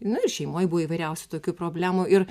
nu ir šeimoj buvo įvairiausių tokių problemų ir